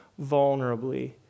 vulnerably